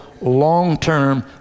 long-term